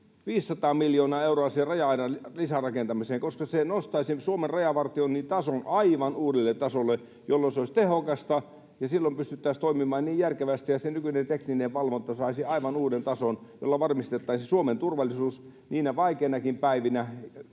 500 miljoonaa euroa raja-aidan lisärakentamiseen? Se nostaisi Suomen rajavartioinnin tason aivan uudelle tasolle, jolloin se olisi tehokasta ja pystyttäisiin toimimaan järkevästi ja nykyinen tekninen valvonta saisi aivan uuden tason, jolla varmistettaisiin Suomen turvallisuus niinä vaikeinakin päivinä.